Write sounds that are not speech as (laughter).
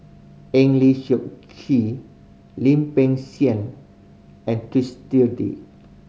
Eng Lee Seok Chee Lim Peng Siang and (unintelligible)